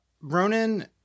Ronan